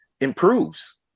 improves